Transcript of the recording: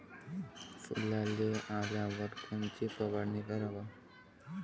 फुलाले आल्यावर कोनची फवारनी कराव?